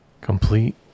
complete